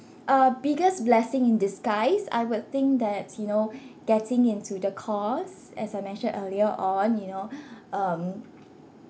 uh biggest blessing in disguise I would think that you know getting into the course as I mentioned earlier on you know um